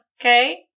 Okay